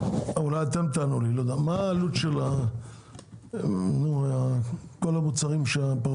מה העלות של המזון לפרות.